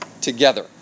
together